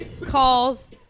calls